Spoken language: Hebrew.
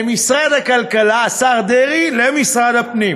השר דרעי, ממשרד הכלכלה למשרד הפנים.